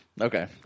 okay